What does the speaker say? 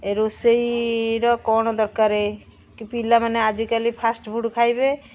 ରୋଷେଇର କ'ଣ ଦରକାର କି ପିଲାମାନେ ଆଜିକାଲି ଫାଷ୍ଟ୍ ଫୁଡ୍ ଖାଇବେ